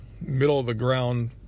middle-of-the-ground